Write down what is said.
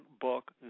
book